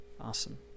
awesome